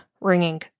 ringing